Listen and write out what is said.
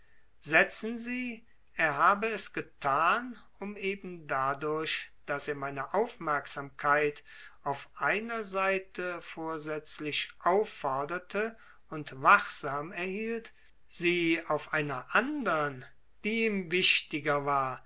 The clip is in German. setzen sie er habe es getan um eben dadurch daß er meine aufmerksamkeit auf einer seite vorsätzlich aufforderte und wachsam erhielt sie auf einer andern die ihm wichtiger war